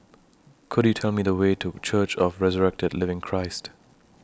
Could YOU Tell Me The Way to Church of The Resurrected Living Christ